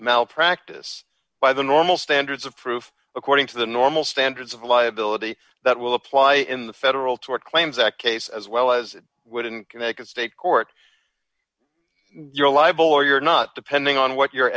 malpractise by the normal standards of proof according to the normal standards of liability that will apply in the federal tort claims act case as well as would in connecticut state court your libel or your not depending on what your